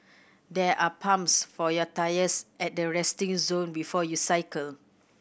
there are pumps for your tyres at the resting zone before you cycle